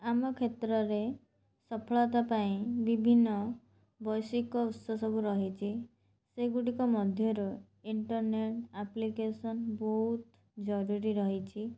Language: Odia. ଆମ କ୍ଷେତ୍ରରେ ସଫଳତା ପାଇଁ ବିଭିନ୍ନ ବୈଷୟିକ ଉତ୍ସ ସବୁ ରହିଛି ସେଗୁଡ଼ିକ ମଧ୍ୟରୁ ଇଣ୍ଟରନେଟ୍ ଆପ୍ଲିକେସନ୍ ବହୁତ ଜରୁରୀ ରହିଛି